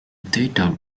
theater